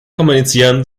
kommunizieren